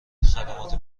خدمات